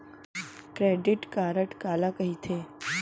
Credit card काला कहिथे?